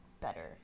better